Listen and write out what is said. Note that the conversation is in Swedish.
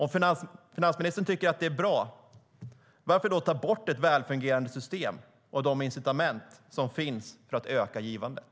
Om finansministern tycker att det är bra, varför vill hon då ta bort ett välfungerande system och de incitament som finns för att öka givandet?